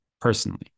personally